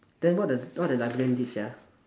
then what the what the librarian did sia